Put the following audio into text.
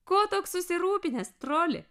ko toks susirūpinęs troli